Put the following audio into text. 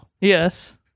Yes